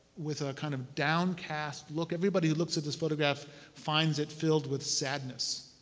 with a kind of downcast look everybody who looks at this photograph finds it filled with sadness.